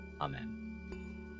Amen